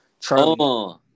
Charlie